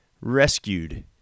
rescued